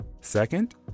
Second